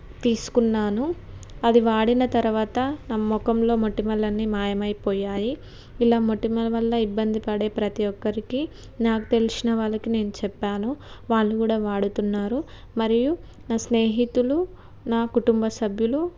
తీసుకున్నాను అది వాడిన తర్వాత నా ముఖంలో మొటిమలు అన్నీ మాయమైపోయాయి ఇలా మొటిమల వల్ల ఇబ్బంది పడే ప్రతి ఒక్కరికి నాకు తెలిసిన వాళ్ళకి నేను చెప్పాను వాళ్ళు కూడా వాడుతున్నారు మరియు నా స్నేహితులు నా కుటుంబ సభ్యులు